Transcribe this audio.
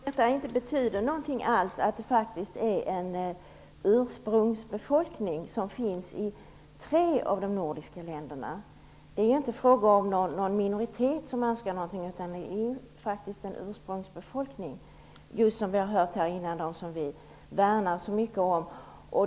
Herr talman! Betyder det inte något att det är en ursprungsbefolkning som finns i tre av de nordiska länderna? Det är inte fråga om någon minoritet som önskar något, utan det är faktiskt en ursprungsbefolkning, som vi värnar så mycket om.